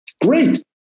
great